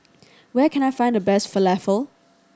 where can I find the best Falafel